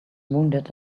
wounded